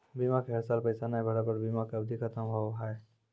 बीमा के हर साल पैसा ना भरे पर बीमा के अवधि खत्म हो हाव हाय?